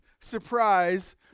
surprise